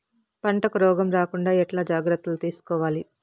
పంటకు రోగం రాకుండా ఎట్లా జాగ్రత్తలు తీసుకోవాలి?